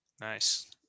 Nice